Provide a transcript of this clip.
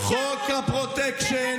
חוק הפרוטקשן,